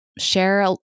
share